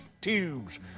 tubes